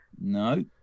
No